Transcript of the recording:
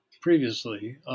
previously